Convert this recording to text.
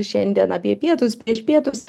šiandien apie pietus prieš pietus